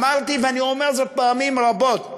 אמרתי ואני אומר זאת פעמים רבות: